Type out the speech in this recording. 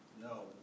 No